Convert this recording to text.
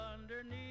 Underneath